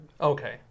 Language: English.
okay